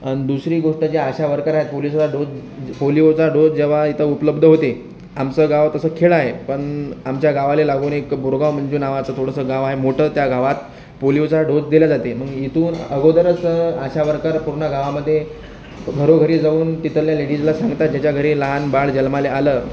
अन् दुसरी गोष्ट जे आशा वर्कर आहेत पोलीचा डोस पोलिओचा डोस जेव्हा इथं उपलब्ध होते आमचं गांव तसं खेडं आहे पण आमच्या गावाला लागून एक बुर्गावमंजू नावाचं थोडंसं गावं आहे मोठं त्या गावात पोलिओचा डोस द्यायला जाते मग इथून अगोदरच आशा वर्कर पूर्ण गावांमध्ये घरोघरी जाऊन तिथल्या लेडीजला सांगतात ज्याच्या घरी लहान बाळ जन्माला आलं